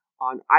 on